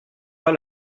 pas